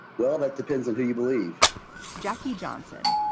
well, that depends on who you believe jackie johnson,